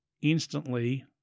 instantly